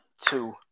two